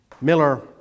miller